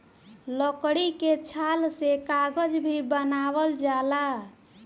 लकड़ी के छाल से कागज भी बनावल जाला